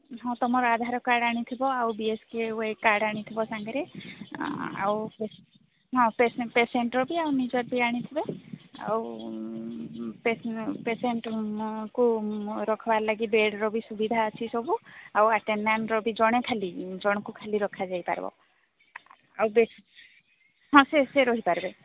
ହଁ ତୁମର ଆଧାର କାର୍ଡ୍ ଆଣିଥିବ ଆଉ ବି ଏଚ କେ ୱାଇ କାର୍ଡ୍ ଆଣିଥିବ ସାଙ୍ଗରେ ଆଉ ହଁ ପେସେଣ୍ଟର ବି ଆଉ ନିଜର ବି ଆଣିଥିବେ ଆଉ ପେସେଣ୍ଟକୁ ରଖିବାର ଲାଗି ବେଡର ବି ସୁବିଧା ଅଛି ସବୁ ଆଉ ଆଟେଡାଣ୍ଟ୍ ବି ଜଣେ ଖାଲି ଜଣକୁ ଖାଲି ରଖାଯାଇପାରିବ ଆଉ ହଁ ସେ ସେ ରହିପାରିବେ